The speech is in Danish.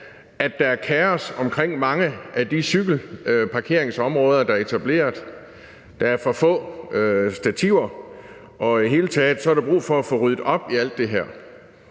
at der er kaos omkring mange af de cykelparkeringsområder, der er etableret, for der er for få stativer, og i det hele taget er der brug for at få ryddet op i alt det her.